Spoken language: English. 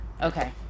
Okay